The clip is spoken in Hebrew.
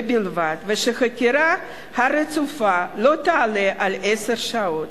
ובלבד שהחקירה הרצופה לא תעלה על עשר שעות.